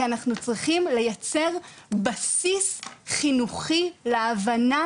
כי אנחנו צריכים לייצר בסיס חינוכי להבנה